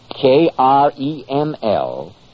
K-R-E-M-L